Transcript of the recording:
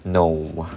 no